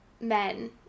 men